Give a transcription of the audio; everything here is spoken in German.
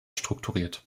strukturiert